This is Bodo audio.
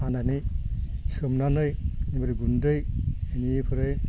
हानानै सोमनानै मुरि गुन्दै बिनिफ्राइ